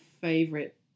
favorite